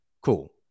Cool